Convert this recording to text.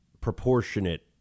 proportionate